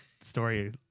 story